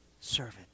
servant